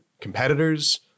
competitors